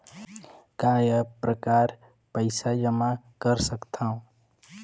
काय प्रकार पईसा जमा कर सकथव?